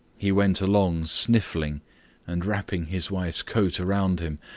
he went along sniffling and wrapping his wife's coat round him,